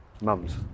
Mum's